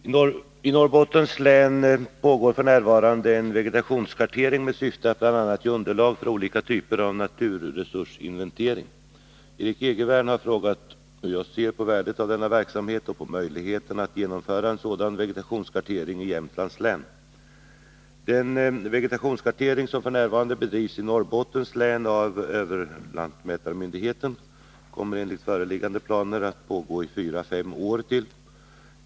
Herr talman! I Norrbottens län pågår f. n. en vegetationskartering med syfte att bl.a. ge underlag för olika typer av naturresursinventering. Erik Egervärn har frågat hur jag ser på värdet av denna verksamhet och på möjligheterna att genomföra en sådan vegetationskartering i Jämtlands län. Den vegetationskartering som f. n. bedrivs i Norrbottens län av överlantmätarmyndigheten kommer enligt föreliggande planer att pågå i fyra fem år till.